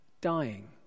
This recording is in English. dying